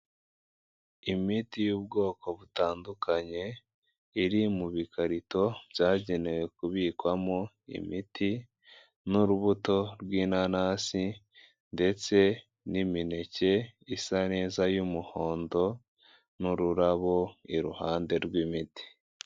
Imiti y'ubwoko butandukanye, iri mu bikarito byagenewe kubikwamo imiti n'urubuto rw'inanasi ndetse n'imineke isa neza y'umuhondo n'ururabo iruhande rw'imiti.